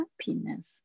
happiness